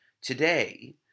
today